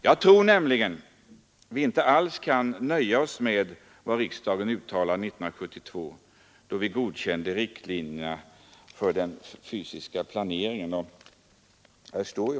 Jag tror nämligen att vi inte alls kan nöja oss med vad riksdagen uttalade 1972, då vi godkände riktlinjerna för den fysiska riksplaneringen.